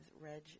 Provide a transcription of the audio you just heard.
Reg